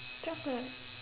chocolate